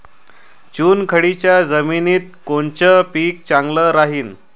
चुनखडीच्या जमिनीत कोनचं पीक चांगलं राहीन?